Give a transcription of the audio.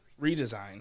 Redesign